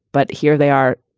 but here they are.